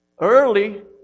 early